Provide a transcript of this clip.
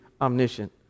omniscient